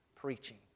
preaching